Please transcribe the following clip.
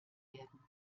werden